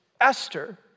Esther